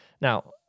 Now